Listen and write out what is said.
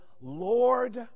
Lord